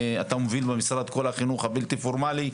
אתה מוביל במשרד את כל החינוך הבלתי פורמלי.